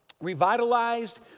revitalized